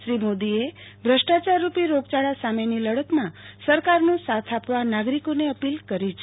શ્રી મોદીએ ભ્રષ્ટાચાર રૂપી રોગયાળા સામેની લડતમાં સરકારનો સાથ આપવા નાગરીકોને અપીલ કરી છે